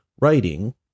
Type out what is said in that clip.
writing